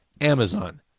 Amazon